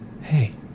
Hey